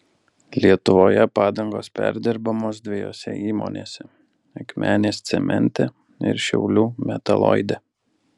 lietuvoje padangos perdirbamos dviejose įmonėse akmenės cemente ir šiaulių metaloide